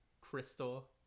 crystal